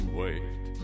wait